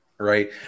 Right